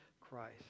Christ